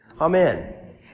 Amen